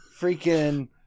freaking